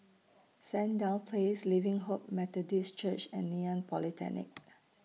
Sandown Place Living Hope Methodist Church and Ngee Ann Polytechnic